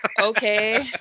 okay